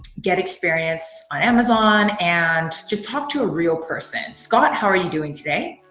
get experience on amazon and just talk to a real person. scott, how are you doing today?